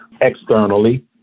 externally